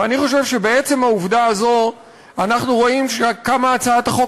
ואני חושב שבעצם העובדה הזאת אנחנו רואים כמה הצעת החוק